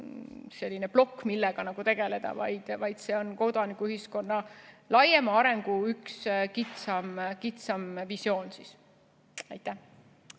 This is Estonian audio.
ainukene plokk, millega tegeleda, vaid see on kodanikuühiskonna laiema arengu üks kitsam visioon. Aitäh!